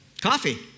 Coffee